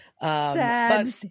Sad